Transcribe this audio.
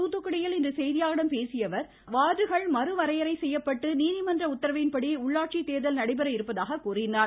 தூத்துக்குடியில் இன்று செய்தியாளர்களிடம் பேசியஅவர் வார்டுகள் மறு வரையறை செய்யப்பட்டு நீதிமன்ற உத்தரவின்படி உள்ளாட்சி தேர்தல் நடைபெற இருப்பதாக கூறினார்